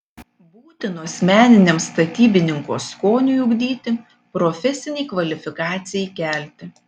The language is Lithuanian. būtinos meniniam statybininko skoniui ugdyti profesinei kvalifikacijai kelti